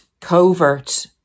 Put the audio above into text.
covert